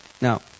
Now